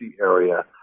area